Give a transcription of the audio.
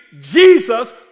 Jesus